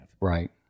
Right